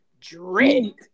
drink